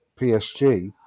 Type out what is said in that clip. PSG